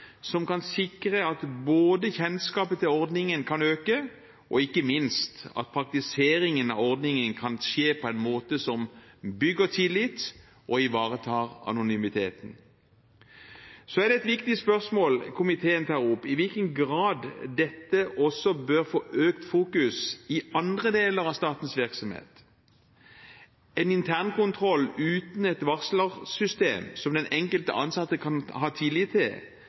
som kan sikre at kjennskapen til ordningen kan øke, og ikke minst at praktiseringen av ordningen kan skje på en måte som bygger tillit og ivaretar anonymiteten. Så er det et viktig spørsmål komiteen tar opp: i hvilken grad dette også bør få økt fokus i andre deler av statens virksomhet. En internkontroll uten et varslersystem som den enkelte ansatte kan ha tillit til,